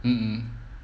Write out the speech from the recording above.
mm mm